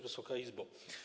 Wysoka Izbo!